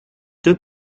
deux